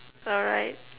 alright